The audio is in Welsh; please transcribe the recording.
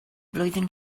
flwyddyn